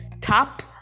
Top